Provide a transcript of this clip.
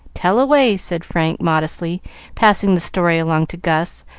tell away, said frank, modestly passing the story along to gus,